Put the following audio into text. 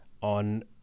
on